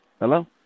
Hello